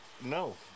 No